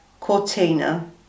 Cortina